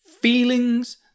feelings